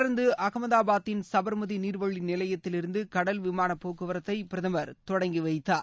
தொடர்ந்து அமதாபாத்தின் சுபர்மதி நீர்வழி நிலையத்திலிருந்து கடல் விமான போக்குவரத்தை பிரதமர் தொடங்கி வைத்தார்